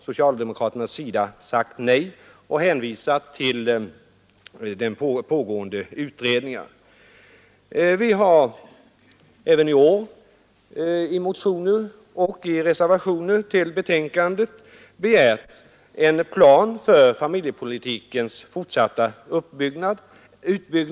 Socialdemokraterna har sagt nej och hänvisat till pågående utredningar. Vi har även i år i motioner och i reservationer till betänkandet begärt en plan för familjepolitikens fortsatta utbyggnad.